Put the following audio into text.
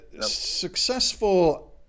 successful